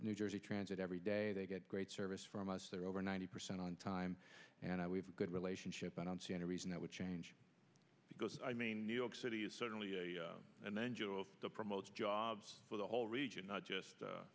new jersey transit every day they get great service from us they're over ninety percent on time and we have good relationships i don't see any reason that would change because i mean new york city is certainly an angel promotes jobs for the whole region not just